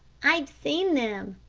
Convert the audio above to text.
i've seen them,